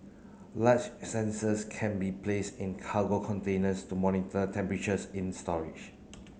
large sensors can be place in cargo containers to monitor temperatures in storage